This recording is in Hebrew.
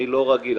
אני לא רגיל.